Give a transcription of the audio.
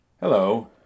Hello